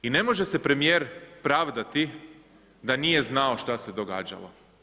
I ne može se premijer pravdati da nije znao što se događalo.